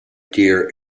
deer